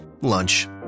Lunch